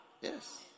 Yes